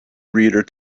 reader